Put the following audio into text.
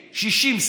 60. 60,